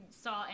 saw